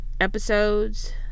episodes